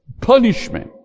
punishment